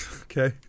Okay